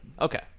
Okay